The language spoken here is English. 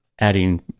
adding